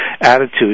attitude